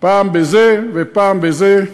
פעם בזה ופעם בזה.